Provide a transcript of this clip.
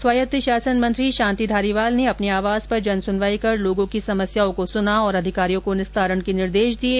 स्वायत्त शासन मंत्री शांति धारीवाल ने अपने आवास पर जन सुनवाई कर लोगों की समस्याओं को सुना और अधिकारियों को निस्तारण के निर्देश दिये